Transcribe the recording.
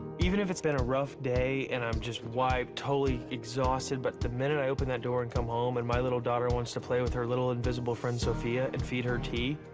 even if it's been a rough day and i'm just wiped, totally exhausted, but the minute i open that door and come home and my little daughter wants to play with her little invisible friend sophia and feed her tea,